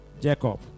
Jacob